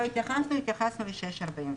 התייחסנו ל-06:46.